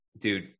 dude